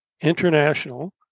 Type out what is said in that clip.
International